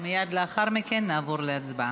מייד לאחר מכן נעבור להצבעה.